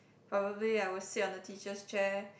probably I will sit on the teacher's chair